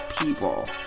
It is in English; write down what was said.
people